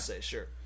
sure